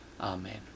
Amen